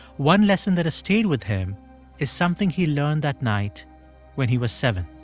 one lesson that has stayed with him is something he learned that night when he was seven